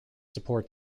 support